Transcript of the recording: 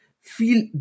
feel